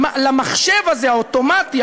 למחשב הזה האוטומטי,